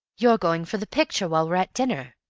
you're going for the picture while we're at dinner?